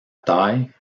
taille